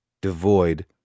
devoid